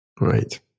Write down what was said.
Right